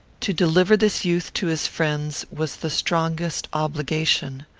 to deliver this youth to his friends was the strongest obligation.